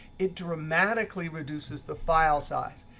it dramatically reduces the file size.